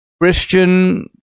Christian